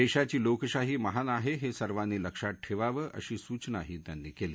दशीची लोकशाही महान आहहिरिवांनी लक्षात ठघविं अशी सूचनाही त्यांनी कली